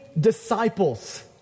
disciples